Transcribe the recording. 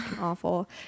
Awful